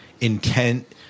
intent